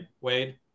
Wade